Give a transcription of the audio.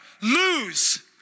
lose